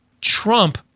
Trump